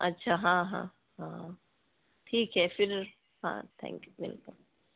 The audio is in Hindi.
अच्छा हाँ हाँ हाँ ठीक है फ़िर हाँ थैंकयू वेलकम